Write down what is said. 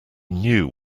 knew